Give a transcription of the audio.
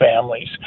families